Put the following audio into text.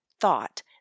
thought